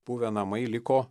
buvę namai liko